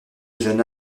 jeune